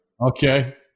Okay